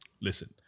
Listen